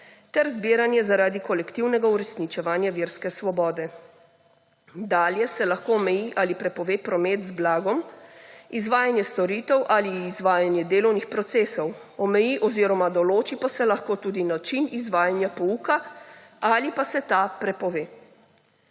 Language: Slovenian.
ter zbiranje zaradi kolektivnega uresničevanja verske svobode. Dalje se lahko omeji ali prepove promet z blagom, izvajanje storitev ali izvajanje delovnih procesov. Omeji oziroma določi pa se lahko tudi način izvajanja pouka ali pa se ta prepove.